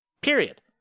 Period